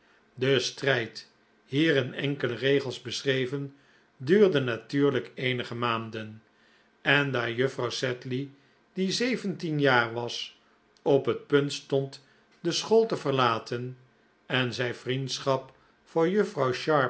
de strijd hier in enkele regels beschreven duurde natuurlijk eenige maanden en daar juffrouw sedley die zeventien jaar was op het punt stond de school te verlaten en zij vriendschap voor juffrouw